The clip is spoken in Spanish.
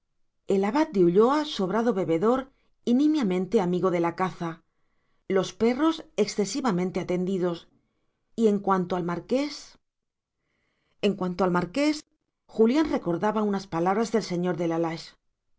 el abad de ulloa sobrado bebedor y nimiamente amigo de la caza los perros excesivamente atendidos y en cuanto al marqués en cuanto al marqués julián recordaba unas palabras del señor de la lage